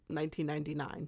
1999